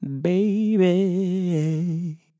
Baby